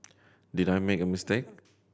did I make a mistake